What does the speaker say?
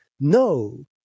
No